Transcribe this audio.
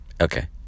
Okay